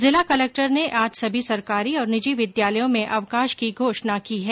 जिला कलेक्टर ने आज सभी सरकारी और निजी विद्यालयों में अवकाश की घोषणा की है